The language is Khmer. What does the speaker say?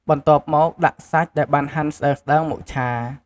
បន្ទាប់មកដាក់សាច់ដែលបានហាន់ស្តើងៗ មកឆា។